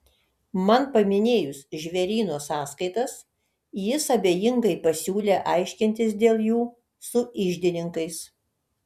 man paminėjus žvėryno sąskaitas jis abejingai pasiūlė aiškintis dėl jų su iždininkais